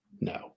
No